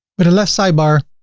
with a left sidebar